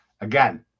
Again